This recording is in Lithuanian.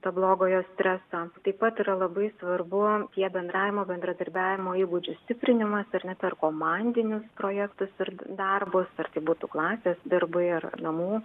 to blogojo streso taip pat yra labai svarbu tie bendravimo bendradarbiavimo įgūdžių stiprinimas ar ne per komandinius projektus ir darbus ar tai būtų klasės darbai ar namų